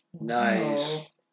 Nice